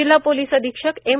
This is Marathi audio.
जिल्हा पोलीस अधीक्षक एम